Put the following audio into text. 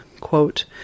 Quote